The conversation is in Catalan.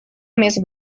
més